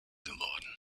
geworden